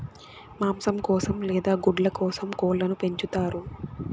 మాంసం కోసం లేదా గుడ్ల కోసం కోళ్ళను పెంచుతారు